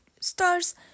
stars